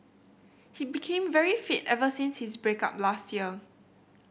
he became very fit ever since his break up last year